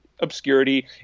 obscurity